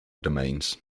domains